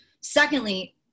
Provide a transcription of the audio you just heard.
Secondly